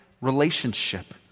relationship